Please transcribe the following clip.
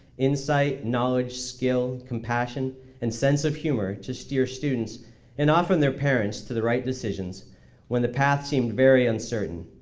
insight, knowledge, skill, compassion and sense of humor to steer students and often their parents to the right decisions when the path seemed very uncertain,